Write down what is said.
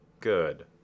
Good